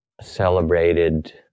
celebrated